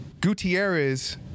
Gutierrez